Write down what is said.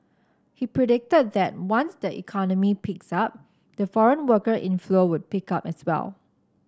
he predicted that once the economy picks up the foreign worker inflow would pick up as well